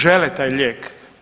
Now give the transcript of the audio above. Žele taj lijek.